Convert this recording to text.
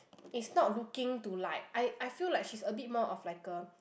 it's not looking to like I I feel like she's a bit more of like a